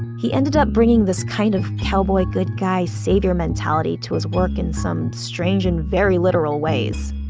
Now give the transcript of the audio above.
he ended up bringing this kind of cowboy, good guy saviour mentality to his work in some strange, and very literal ways.